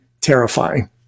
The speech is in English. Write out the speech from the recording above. terrifying